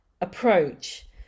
approach